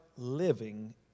living